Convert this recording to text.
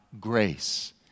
grace